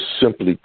simply